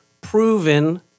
proven